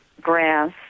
grass